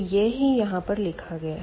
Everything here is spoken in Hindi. तो यह ही यहाँ पर लिखा गया है